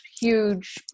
huge